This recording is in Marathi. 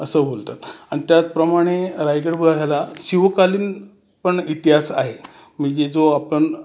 असं बोलतात आणि त्याचप्रमाणे रायगड व ह्याला शिवकालीन पण इतिहास आहे म्हणजे जो आपण